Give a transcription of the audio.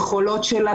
היכולות שלה,